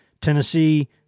Tennessee